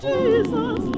Jesus